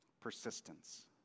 Persistence